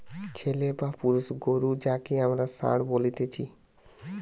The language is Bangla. ছেলে বা পুরুষ গরু যাঁকে আমরা ষাঁড় বলতেছি